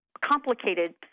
complicated